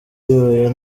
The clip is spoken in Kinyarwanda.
oya